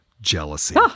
Jealousy